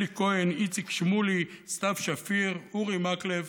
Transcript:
אלי כהן, איציק שמולי, סתיו שפיר, אורי מקלב